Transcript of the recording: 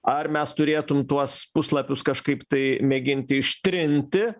ar mes turėtum tuos puslapius kažkaip tai mėginti ištrinti